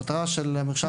בסופו של דבר,